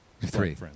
Three